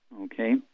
okay